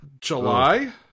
July